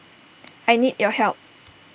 I need your help